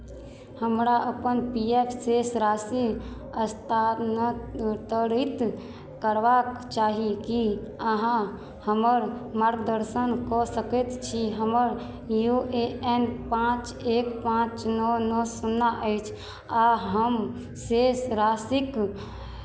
हमरा अपन P F शेष राशि स्थानान्तरित करबाक चाही की अहाँ हमर मार्गदर्शन कऽ सकैत छी हमर यू ए एन पाँच एक पाँच नओ नओ शुन्ना अछि आ हम शेष राशिक